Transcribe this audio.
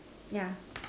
yeah